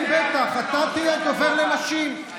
כן, בטח, אתה תהיה דובר לנשים.